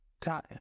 Time